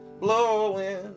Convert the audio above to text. blowing